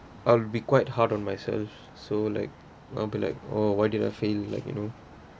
I'll be quite hard on myself so like I'll be like oh why did I fail like you know